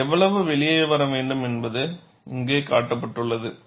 அது எவ்வளவு வெளியே வர வேண்டும் என்பது இங்கே காட்டப்பட்டுள்ளது